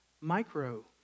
micro